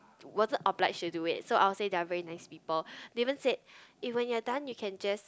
wasn't obliged to do it so I will say they are very nice people they even said even ya when you're done you can just